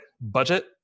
budget